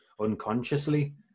unconsciously